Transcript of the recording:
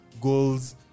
goals